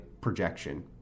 projection